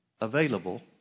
available